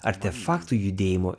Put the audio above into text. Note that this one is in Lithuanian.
artefaktų judėjimo